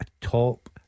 top